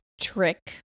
trick